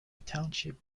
township